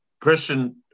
Christian